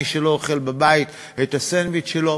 מי שלא אוכל בבית את הסנדוויץ' שלו,